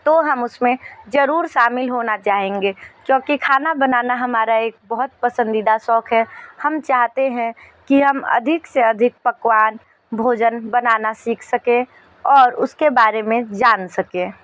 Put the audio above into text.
तो हम उसमें जरूर शामिल होना चाहेंगे क्योंकि खाना बनाना हमारा एक बहुत पसंदीदा शौक है हम चाहते हैं कि हम अधिक से अधिक पकवान भोजन बनाना सीख सके और उसके बारे में जान सके